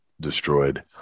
destroyed